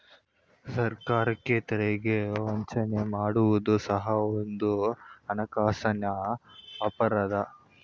ಸರ್ಕಾರಕ್ಕೆ ತೆರಿಗೆ ವಂಚನೆ ಮಾಡುವುದು ಸಹ ಒಂದು ಹಣಕಾಸಿನ ಅಪರಾಧ